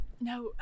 No